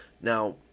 Now